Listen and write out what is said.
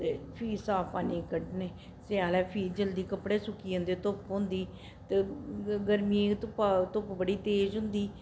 ते फ्ही साफ पानी च कड्डने स्यालै फ्ही जल्दी कपड़े सुक्की जंदे धुप्प होंदी ते गर्मियें च धुप्पा धुप्प बड़ी तेज होंदी